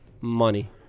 money